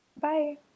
Bye